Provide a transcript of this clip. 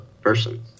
person